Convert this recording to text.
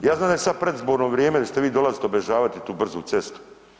Ja znam da je sad predizborno vrijeme da ćete vi dolazit obilježavati tu brzu cestu.